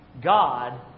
God